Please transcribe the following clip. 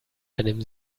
einem